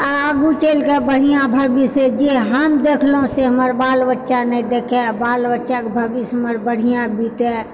तऽ आगू चलिके बढ़िआँ भविष्य जे हम देखलहुँ से हमर बाल बच्चा नहि देखए बाल बच्चाकेँ भविष्य हमर बढ़िआँ बितए